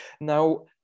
Now